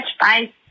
bye